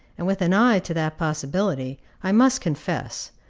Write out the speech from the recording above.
and with an eye to that possibility, i must confess,